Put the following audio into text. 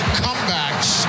comebacks